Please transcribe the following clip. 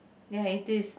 ya it is